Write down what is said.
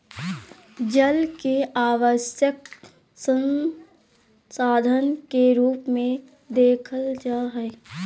जल के आवश्यक संसाधन के रूप में देखल जा हइ